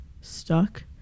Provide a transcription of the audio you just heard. stuck